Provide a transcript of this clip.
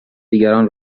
دیگران